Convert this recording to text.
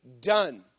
done